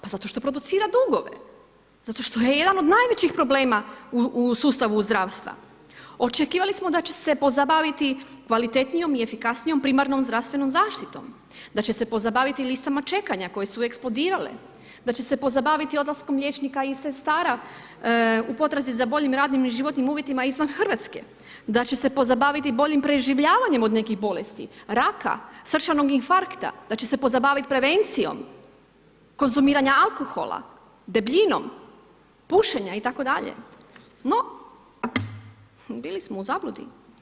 Pa zato što producira dugove, zato što je jedan od najvećih problema u sustavu zdravstva, očekivali smo da će se pozabaviti kvalitetnijom i efikasnijom primarnom zdravstvenom zaštitom, da će se pozabaviti listama čekanja koje su eksplodirale, da će se pozabaviti odlaskom liječnika i sestara u potrazi za boljim radnim i životnim uvjetima izvan Hrvatske, da će se pozabaviti boljim preživljavanjem od nekih bolesti ,raka, srčanog infarkta, da će se pozabavit prevencijom konzumiranja alkohola, debljinom, pušenja itd. no bili smo u zabludi.